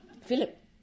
Philip